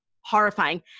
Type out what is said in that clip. horrifying